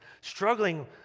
struggling